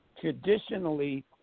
traditionally